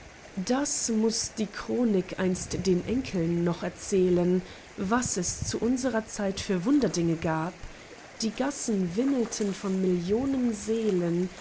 das muß die chronik einst den enkeln noch erzählen was es zu unsrer zeit für wunderdinge gab die gassen wimmelten von millionen seelen